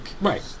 Right